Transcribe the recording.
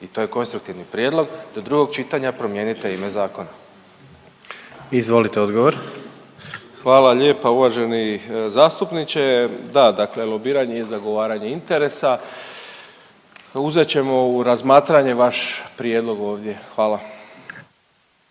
i to je konstruktivni prijedlog, do drugog čitanja promijenite ime zakona. **Jandroković, Gordan (HDZ)** Izvolite odgovor. **Malenica, Ivan (HDZ)** Hvala lijepa uvaženi zastupniče. Da, dakle lobiranje i zagovaranje interesa, uzet ćemo u razmatranje vaš prijedlog ovdje. Hvala.